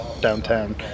downtown